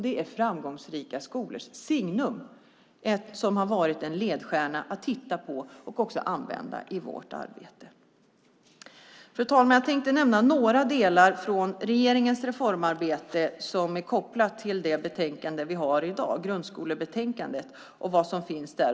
Det är framgångsrika skolors signum, något som har varit en ledstjärna för oss i vårt arbete. Fru talman! Jag tänkte nämna några delar från regeringens reformarbete som är kopplat till det betänkande om grundskolan som vi debatterar i dag.